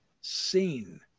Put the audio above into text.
seen